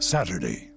Saturday